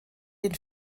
den